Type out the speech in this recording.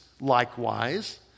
likewise